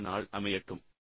ஒரு நல்ல நாள் அமையட்டும்